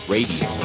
Radio